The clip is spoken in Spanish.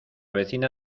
vecina